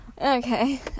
Okay